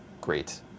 Great